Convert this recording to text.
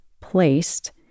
placed